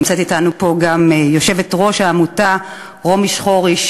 נמצאת אתנו פה גם יושבת-ראש העמותה רומי שחורי,